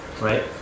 right